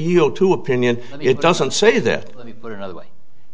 yield to opinion it doesn't say that or another way